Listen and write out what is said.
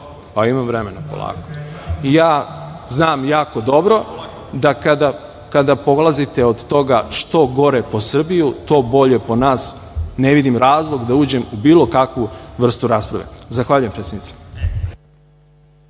imam vremena polako. Ja znam jako dobro da kada polazite od toga što gore po Srbiju to bolje po na nas, ne vidim razlog da uđem u bilo kakvu vrstu rasprave. Zahvaljujem, predsednice.